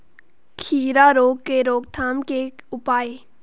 खीरा रोग के रोकथाम के उपाय?